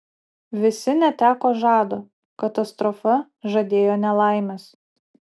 visi neteko žado katastrofa žadėjo nelaimes